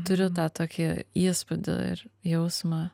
turiu tą tokį įspūdį ir jausmą